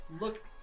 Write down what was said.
Look